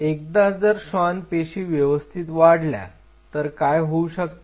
एकदा जर श्वान पेशी व्यवस्थित वाढल्या तर काय होऊ शकते